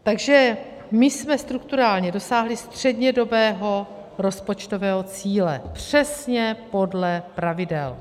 Takže my jsme strukturálně dosáhli střednědobého rozpočtového cíle, přesně podle pravidel.